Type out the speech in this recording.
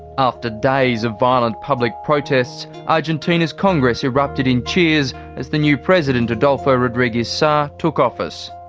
after days of violent public protests, argentina's congress erupted in cheers as the new president adolfo rodriguez saa took office.